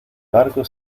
barco